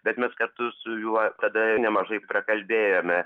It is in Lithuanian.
bet mes kartu su juo tada nemažai prakalbėjome